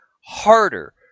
harder